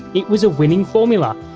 it was a winning formula,